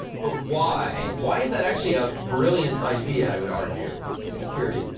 but why? why is that actually a brilliant idea, i would argue? security